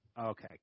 Okay